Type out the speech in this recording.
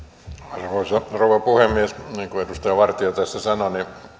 arvoisa rouva puhemies niin kuin edustaja vartia tässä sanoi